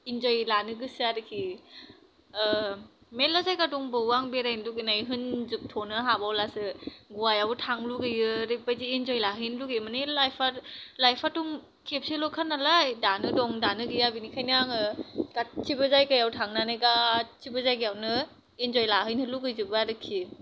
इनजय लानो गोसो आरोखि मेरला जायगा दंबावो आं बेरायनो लुगैनाय होनजोबथ'नो हाबावलासो ग'वा यावबो थांनो लुबैयो ओरैबायदि इनजय लाहैनो लुगैयो मानि लाइफआ लाइफआथ' खेबसेल'खा नालाय दानो दं दानो गैया बिनिखायनो आंङो गासिबो जायगायाव थांनानै गासिबो जायगायावनो इनजय लाहैनो लुगैजोबो आरोखि